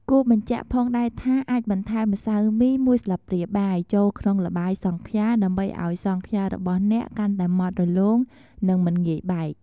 គួរបញ្ជាក់ផងដែរថា អាចបន្ថែម ម្សៅមី ១ ស្លាបព្រាបាយ ចូលក្នុងល្បាយសង់ខ្យា ដើម្បីឲ្យសង់ខ្យារបស់អ្នកកាន់តែម៉ដ្ឋរលោង និងមិនងាយបែក។